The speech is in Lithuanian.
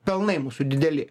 palnai mūsų dideli